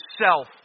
self